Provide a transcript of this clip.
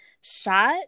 shot